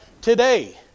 today